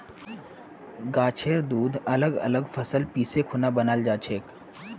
गाछेर दूध अलग अलग फसल पीसे खुना बनाल जाछेक